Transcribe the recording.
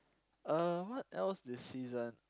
uh what else this season